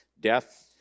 Death